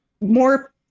more